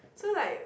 so like